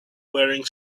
wearing